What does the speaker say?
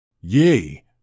Yea